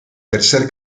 tercer